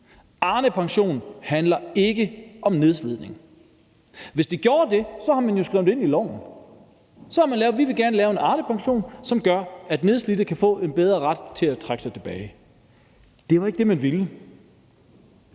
Arnepensionen handler ikke om nedslidning. Hvis det gjorde det, havde man jo skrevet det ind i loven, og så havde man sagt, at man gerne vil lave en Arnepension, som gør, at nedslidte kan få en bedre ret til at trække sig tilbage, men det var jo ikke det, man ville,